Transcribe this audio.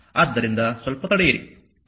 ಆದ್ದರಿಂದ ಸ್ವಲ್ಪ ತಡೆಯಿರಿ